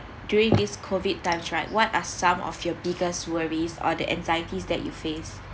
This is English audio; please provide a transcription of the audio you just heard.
during this COVID times right what are some of your biggest worries or the anxieties that you face